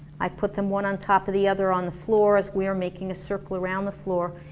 i put them one on top of the other on the floor, as we're making a circle around the floor,